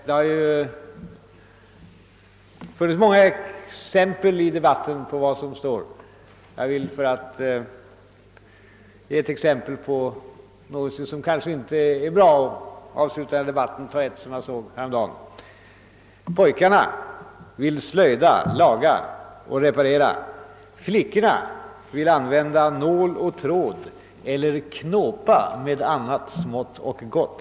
Det har i debatten givits många exempel på vad som står i läroböckerna. Jag skall avsluta debatten med att anföra ett exempel som jag såg häromdagen: »Pojkarna vill slöjda, laga och reparera; flickorna vill använda nål och tråd eller knåpa med annat smått och gott.»